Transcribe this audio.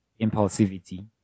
impulsivity